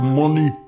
money